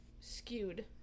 skewed